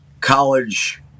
college